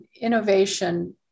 innovation